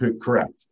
correct